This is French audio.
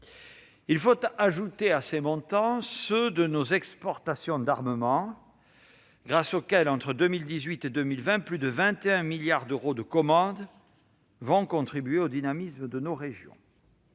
Il faut ajouter à ces montants ceux qui sont liés à nos exportations d'armement, grâce auxquelles, entre 2018 et 2020, plus de 21 milliards d'euros de commandes ont contribué au dynamisme de nos régions.